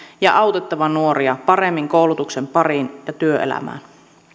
ja autettava nuoria paremmin koulutuksen pariin ja työelämään